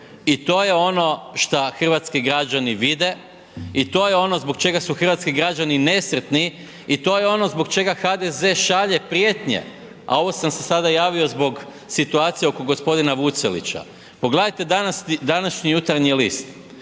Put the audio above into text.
I to je ono što hrvatski građani vide i to je ono zbog čega su hrvatski građani nesretni i to je ono zbog čega HDZ šalje prijetnje, a ovo sam se sada javio zbog situacije oko gospodina Vucelića. Pogledajte današnji Jutarnji list,